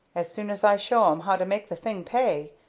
as soon as i show em how to make the thing pay,